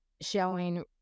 showing